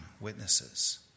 witnesses